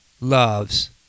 loves